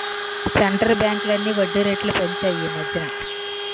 centre బ్యాంకులన్నీ వడ్డీ రేట్లు పెంచాయి ఈమధ్యన